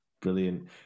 Brilliant